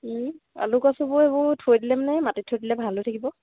আলু কচুবোৰ এইবোৰ থৈ দিলে মানে মাটিত থৈ দিলে ভাল হৈ থাকিব